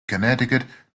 connecticut